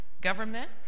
government